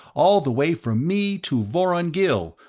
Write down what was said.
all the way from me to vorongil,